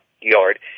yard